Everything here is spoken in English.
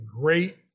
great